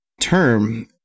term